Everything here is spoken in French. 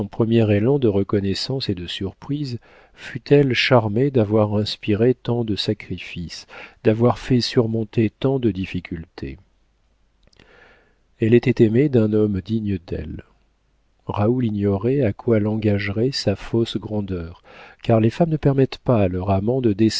premier élan de reconnaissance et de surprise fut-elle charmée d'avoir inspiré tant de sacrifices d'avoir fait surmonter tant de difficultés elle était aimée d'un homme digne d'elle raoul ignorait à quoi l'engagerait sa fausse grandeur car les femmes ne permettent pas à leur amant de